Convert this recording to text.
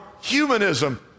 humanism